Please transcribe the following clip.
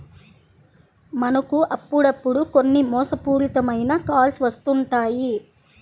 మనకు అప్పుడప్పుడు కొన్ని మోసపూరిత మైన కాల్స్ వస్తుంటాయి